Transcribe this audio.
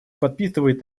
подпитывает